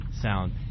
sound